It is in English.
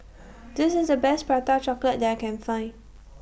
This IS The Best Prata Chocolate that I Can Find